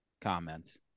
comments